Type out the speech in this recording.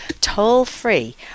toll-free